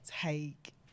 take